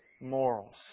morals